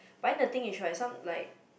but then the thing is right some like